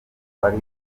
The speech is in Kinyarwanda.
wari